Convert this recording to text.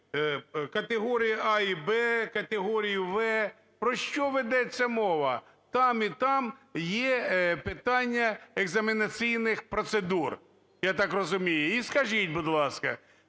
категорії "А" і "Б", категорії "В". Про що ведеться мова? Там і там є питання екзаменаційних процедур, я так розумію. І скажіть, будь ласка,